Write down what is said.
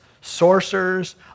sorcerers